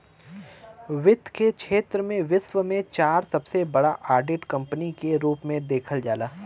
वित्त के क्षेत्र में विश्व में चार सबसे बड़ा ऑडिट कंपनी के रूप में देखल जाला